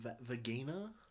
Vagina